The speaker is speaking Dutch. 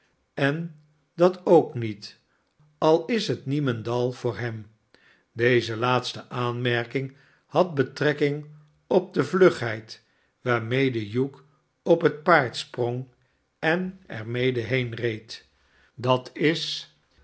en dat ook niet al is het niemendal voor hem deze laatste aanmerking had betrekking op de vlugheid waarmede hugh op het paard sprong en er mede heenreed dat is